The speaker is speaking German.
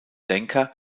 denker